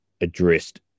addressed